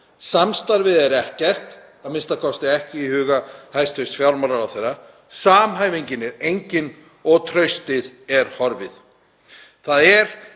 Samstarfið er ekkert, a.m.k. ekki í huga hæstv. fjármálaráðherra. Samhæfingin er engin og traustið er horfið.